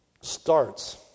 Starts